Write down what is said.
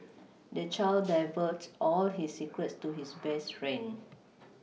the child divulged all his secrets to his best friend